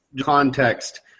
context